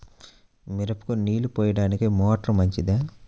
మిరపకు నీళ్ళు పోయడానికి మోటారు మంచిదా?